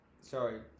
Sorry